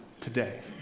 today